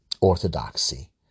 orthodoxy